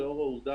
לאור העובדה